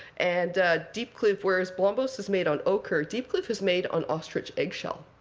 and diepkloof whereas blombos is made on ochre, diepkloof is made on ostrich egg shell,